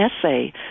essay